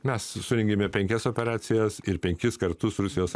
mes surengėme penkias operacijas ir penkis kartus rusijos